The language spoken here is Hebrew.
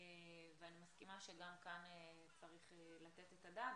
אני מסכימה שגם כאן צריך לתת את הדעת.